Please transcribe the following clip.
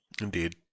Indeed